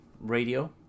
radio